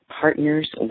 partners